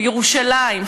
ירושלים,